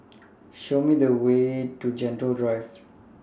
Show Me The Way to Gentle Drive